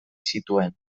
zituen